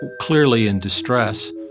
clearly in distress.